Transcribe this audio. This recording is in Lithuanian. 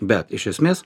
bet iš esmės